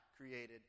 created